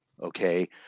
okay